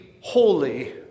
holy